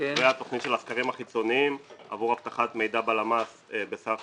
והתוכנית של הסקרים החיצוניים עבור אבטחת מידע בלמ"ס בסך